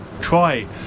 try